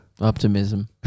Optimism